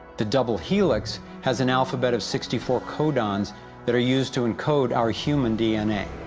the double helix has an alphabet of sixty four codons that are used to encode our human dna.